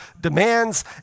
demands